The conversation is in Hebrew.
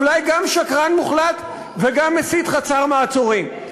אולי גם שקרן מוחלט וגם מסית חסר מעצורים.